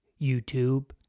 YouTube